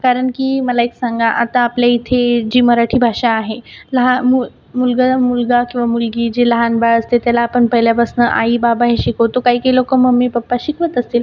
कारण की मला एक सांगा आता आपल्या इथे जी मराठी भाषा आहे लहान मु मुलगं मुलगा किंवा मुलगी जी लहान बाळ असते त्याला आपण पहिल्यापासनं आई बाबा हे शिकवतो काही काही लोकं मम्मी पप्पा शिकवत असतील